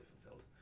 fulfilled